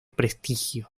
prestigio